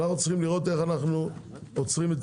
אנחנו צריכים לראות איך אנחנו עוצרים את